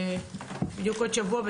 בדיוק עוד שבוע,